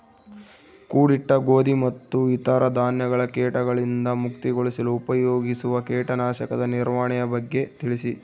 ಕೂಡಿಟ್ಟ ಗೋಧಿ ಮತ್ತು ಇತರ ಧಾನ್ಯಗಳ ಕೇಟಗಳಿಂದ ಮುಕ್ತಿಗೊಳಿಸಲು ಉಪಯೋಗಿಸುವ ಕೇಟನಾಶಕದ ನಿರ್ವಹಣೆಯ ಬಗ್ಗೆ ತಿಳಿಸಿ?